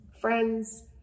Friends